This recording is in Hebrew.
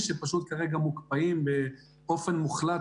שלוקחים עובדי מועצה,